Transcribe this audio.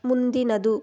ಮುಂದಿನದು